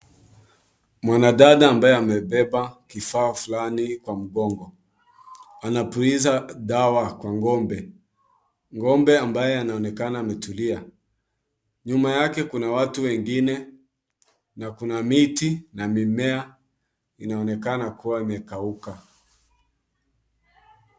Mwanadada ambaye amebeba kifaa fulani kwa mgongo, anapuliza dawa kwa ng'ombe, ng'ombe ambaye anaonekana ametulia, nyuma yake kuna watu wengine na kuna miti na mimea inaonekana kuwa imekauka.